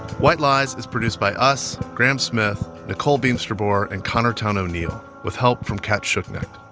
white lies is produced by us, graham smith, nicole beemsterboer and connor towne o'neill, with help from cat schuknecht.